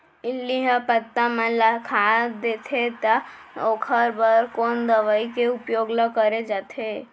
इल्ली ह पत्ता मन ला खाता देथे त ओखर बर कोन दवई के उपयोग ल करे जाथे?